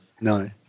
no